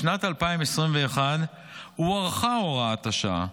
בשנת 2021 הוארכה הוראת השעה,